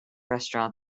restaurant